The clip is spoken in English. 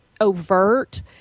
overt